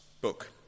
book